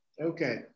Okay